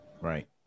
Right